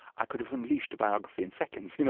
i could have unleashed a biography in seconds, you know?